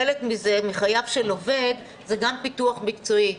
חלק מחייו של עובד זה גם פיתוח מקצועי,